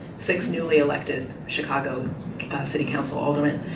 six, newly elected, chicago city council aldermen.